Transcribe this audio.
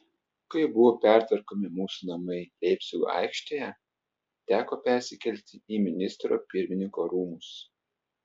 kai buvo pertvarkomi mūsų namai leipcigo aikštėje teko persikelti į ministro pirmininko rūmus